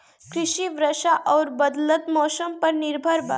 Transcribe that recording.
कृषि वर्षा आउर बदलत मौसम पर निर्भर बा